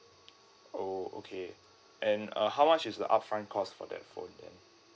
oh okay and uh how much is the upfront cost for that phone then